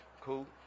Cool